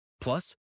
Plus